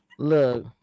look